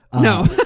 No